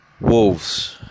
Wolves